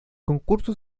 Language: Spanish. concurso